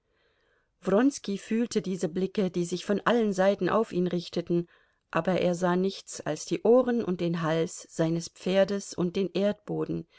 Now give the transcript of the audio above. wronski fühlte diese blicke die sich von allen seiten auf ihn richteten aber er sah nichts als die ohren und den hals seines pferdes und den erdboden